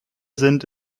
sind